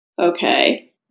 Okay